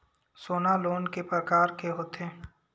सोना लोन के प्रकार के होथे?